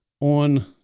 on